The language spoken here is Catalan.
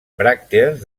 bràctees